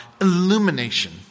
illumination